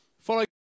Follow